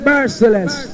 Merciless